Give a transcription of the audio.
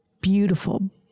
beautiful